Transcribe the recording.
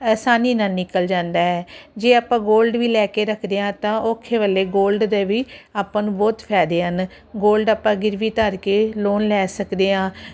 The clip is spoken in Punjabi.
ਆਸਾਨੀ ਨਾ ਨਿਕਲ ਜਾਂਦਾ ਜੇ ਆਪਾਂ ਗੋਲਡ ਵੀ ਲੈ ਕੇ ਰੱਖਦੇ ਆ ਤਾਂ ਔਖੇ ਵੇਲੇ ਗੋਲਡ ਦੇ ਵੀ ਆਪਾਂ ਨੂੰ ਬਹੁਤ ਫਾਇਦੇ ਹਨ ਗੋਲਡ ਆਪਾਂ ਗਿਰਵੀ ਧਰ ਕੇ ਲੋਨ ਲੈ ਸਕਦੇ ਆਂ